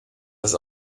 das